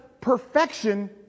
perfection